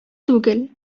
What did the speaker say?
түгел